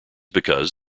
because